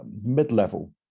mid-level